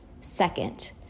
Second